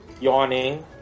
Yawning